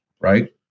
right